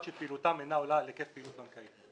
שפעילותם אינה עולה על היקף פעילות בנקאית,